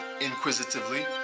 inquisitively